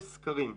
ויש סקרים.